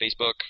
Facebook